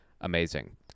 amazing